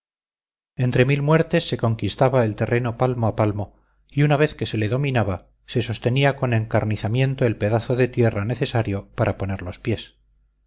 entre mil muertes se conquistaba el terreno palmo a palmo y una vez que se le dominaba se sostenía con encarnizamiento el pedazo de tierra necesario para poner los pies